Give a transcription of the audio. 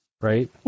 right